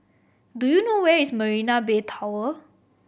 do you know where is Marina Bay Tower